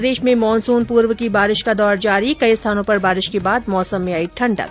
प्रदेश में मानसुन पूर्व की बारिश का दौर जारी कई स्थानों पर बारिश के बाद मौसम में आई ठंडक